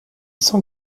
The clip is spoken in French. cent